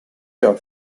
your